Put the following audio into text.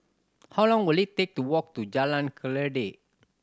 how long will it take to walk to Jalan Kledek